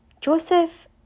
Joseph